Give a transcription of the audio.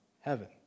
heaven